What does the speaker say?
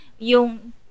yung